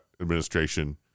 administration